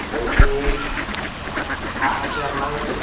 বলছি ধান আছে আপনার কাছে